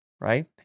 right